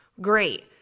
great